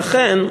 לכן,